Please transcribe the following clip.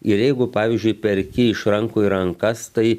ir jeigu pavyzdžiui perki iš rankų į rankas tai